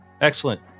Excellent